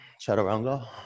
Chaturanga